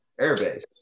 airbase